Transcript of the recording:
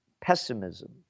pessimism